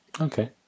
Okay